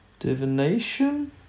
Divination